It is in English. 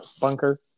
bunker